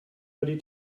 ready